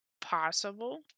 possible